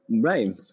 Right